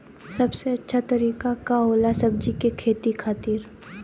सबसे अच्छा तरीका का होला सब्जी के खेती खातिर?